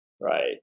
right